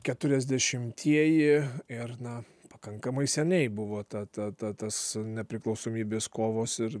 keturiasdešimtieji ir na pakankamai seniai buvo ta ta ta tas nepriklausomybės kovos ir